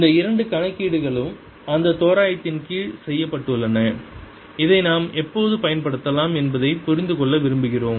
இந்த இரண்டு கணக்கீடுகளும் அந்த தோராயத்தின் கீழ் செய்யப்பட்டுள்ளன இதை நாம் எப்போது பயன்படுத்தலாம் என்பதைப் புரிந்து கொள்ள விரும்புகிறோம்